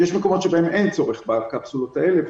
כי יש מקומות שבהם אין צורך בקפסולות האלה,